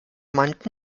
manche